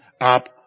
up